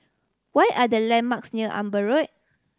what are the landmarks near Amber Road